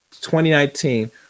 2019